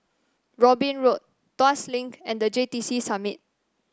Robin Road Tuas Link and The J T C Summit